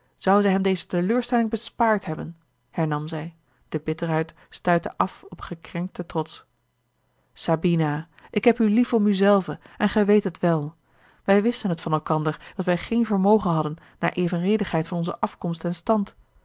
zou zij hem deze teleurstelling bespaard hebben hernam zij de bitterheid stuitte af op gekrenkten trots sabina ik heb u lief om u zelve en gij weet het wel wij wisten het van elkander dat wij geen vermogen hadden naar evenredigheid van onze afkomst en stand